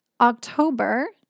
October